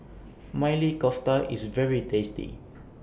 Maili Kofta IS very tasty